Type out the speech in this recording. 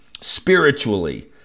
spiritually